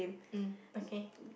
mm okay